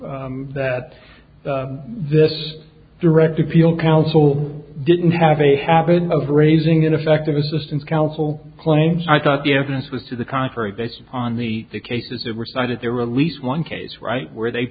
that this direct appeal council didn't have a habit of raising ineffective assistance counsel claims i thought the evidence was to the contrary based on the cases that were cited there at least one case right where they